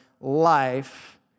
life